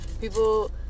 people